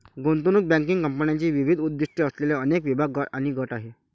गुंतवणूक बँकिंग कंपन्यांचे विविध उद्दीष्टे असलेले अनेक विभाग आणि गट आहेत